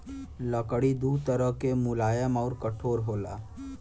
लकड़ी दू तरह के मुलायम आउर कठोर होला